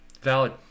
Valid